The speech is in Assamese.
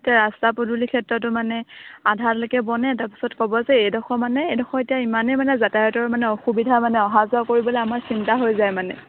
এতিয়া ৰাস্তা পদূলিৰ ক্ষেত্ৰতো মানে আধালৈকে বনে তাৰপিছত ক'ব যে এইডখৰ মানে এইডখৰ এতিয়া ইমানেই মানে যাতায়াতৰ মানে অসুবিধা মানে অহা যোৱা কৰিবলৈ আমাৰ চিন্তা হৈ যায় মানে